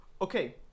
Okay